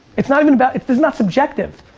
it's not even about, it's it's not subjective,